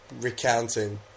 recounting